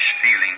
feeling